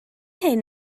hyn